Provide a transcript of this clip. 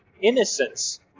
innocence